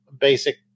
basic